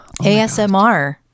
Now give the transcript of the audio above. ASMR